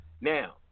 Now